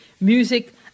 music